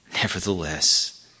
Nevertheless